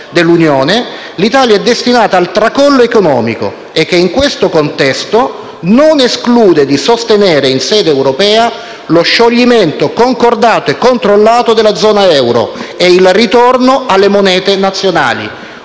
dell'Unione, l'Italia è destinata al tracollo economico e che in questo contesto non esclude di sostenere in sede europea lo scioglimento concordato e controllato della zona euro e il ritorno alle monete nazionali.